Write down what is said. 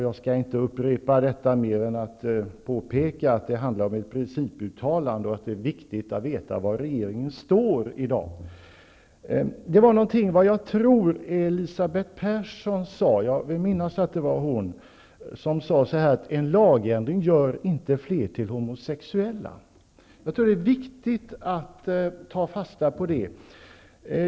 Jag skall inte upprepa detta mer än att påpeka att det handlar om ett principuttalande. Det är viktigt att veta var regeringen står i dag. Det var något som jag vill minnas att Elisabeth Persson sade, nämligen att en lagändring inte gör fler till homosexuella. Jag tror att det är viktigt att ta fasta på det.